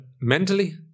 mentally